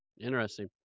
Interesting